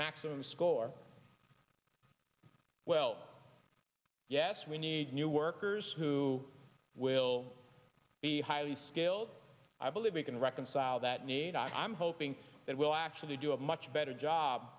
maximum score well yes we need new workers who will be highly skilled i believe we can reconcile that need i'm hoping that we'll actually do a much better job